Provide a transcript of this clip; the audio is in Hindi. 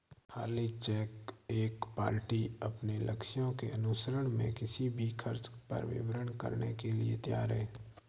खाली चेक एक पार्टी अपने लक्ष्यों के अनुसरण में किसी भी खर्च पर विचार करने के लिए तैयार है